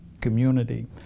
community